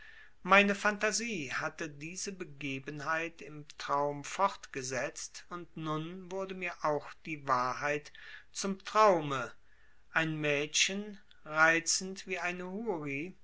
meine phantasie hatte diese begebenheit im traum fortgesetzt und nun wurde mir auch die wahrheit zum traume ein mädchen reizend wie eine houri